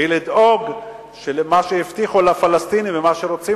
לדאוג למה שהבטיחו לפלסטינים ולמה שרוצים